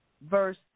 verse